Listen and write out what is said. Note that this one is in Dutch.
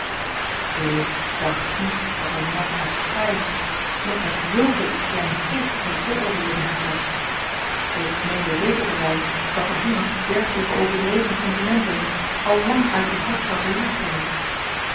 ik dacht niet dat een man als gij nog met zulke kleingeestige vooroordeelen behept was ik meende zeker te zijn dat de honger dergelijke overdreven sentimenten al lang uit uw hart zou verjaagd hebben